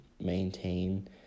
maintain